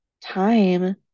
time